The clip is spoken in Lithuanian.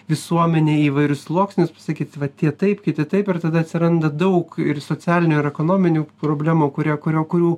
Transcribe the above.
visuomenę į įvairius sluoksnius sakyti va tie taip kiti taip ir tada atsiranda daug ir socialinių ir ekonominių problemų kuria kurio kurių